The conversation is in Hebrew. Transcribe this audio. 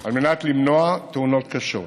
על מנת למנוע תאונות קשות.